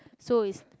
so is